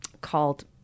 called